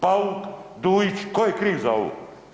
Pauk, Dujić tko je kriv za ovo?